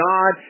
God